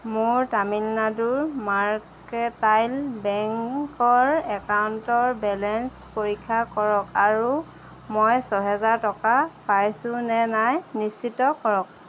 মোৰ তামিলনাডু মাৰ্কেণ্টাইল বেংকৰ একাউণ্টৰ বেলেঞ্চ পৰীক্ষা কৰক আৰু মই ছহেজাৰ টকা পাইছো নে নাই নিশ্চিত কৰক